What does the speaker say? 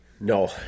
No